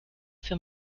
für